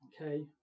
okay